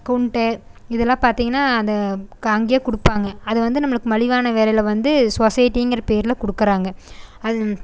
குன்ட்டு இதுலாம் பார்த்தீங்கன்னா அந்த கா அங்கேயே கொடுப்பாங்க அதை வந்து நம்மளுக்கு மலிவான விலையில வந்து சொசைட்டிங்கிற பேரில் கொடுக்கறாங்க அது